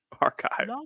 Archive